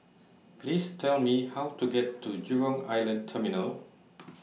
Please Tell Me How to get to Jurong Island Terminal